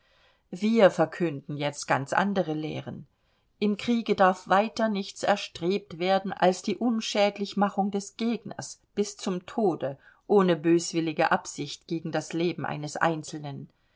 wir verkünden jetzt ganz andere lehren im kriege darf weiter nichts erstrebt werden als die unschädlichmachung des gegners bis zum tode ohne böswillige absicht gegen das leben eines einzelnen